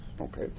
Okay